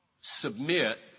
submit